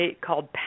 called